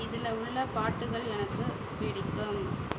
இதில் உள்ள பாட்டுகள் எனக்குப் பிடிக்கும்